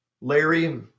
Larry